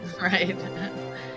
Right